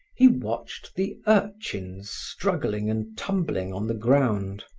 he watched the urchins struggling and tumbling on the ground.